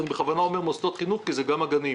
אני בכוונה אומר מוסדות חינוך כי זה גם הגנים.